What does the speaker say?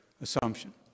assumption